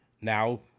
now